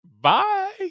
Bye